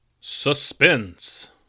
Suspense